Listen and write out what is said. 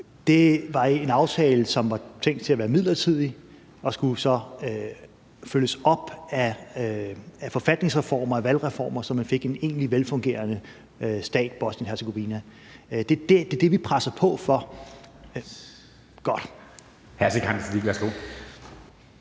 det var en aftale, som var tænkt til at være midlertidig, og som så skulle følges op af forfatningsreformer, af valgreformer, så man fik en egentlig velfungerende stat, Bosnien-Hercegovina. Det er det, vi presser på for. Kl. 13:07 Formanden